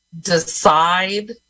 decide